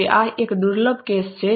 હવે આ એક દુર્લભ કેસ છે